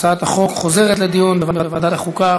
הצעת החוק חוזרת לדיון בוועדת החוקה,